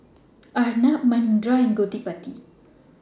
Arnab Manindra and Gottipati